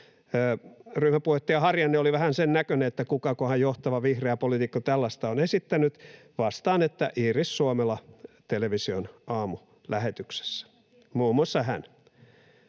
Ryhmäpuheenjohtaja Harjanne oli vähän sen näköinen, että kukakohan johtava vihreä poliitikko tällaista on esittänyt, ja vastaan, että Iiris Suomela television aamulähetyksessä, muun muassa hän.